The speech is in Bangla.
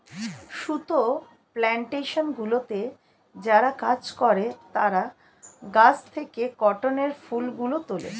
সুতো প্ল্যানটেশনগুলিতে যারা কাজ করে তারা গাছ থেকে কটনের ফুলগুলো তোলে